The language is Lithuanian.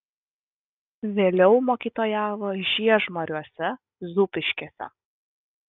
vėliau mokytojavo žiežmariuose zūbiškėse